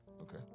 okay